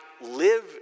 live